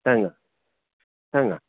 सांगात सांगात